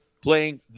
playing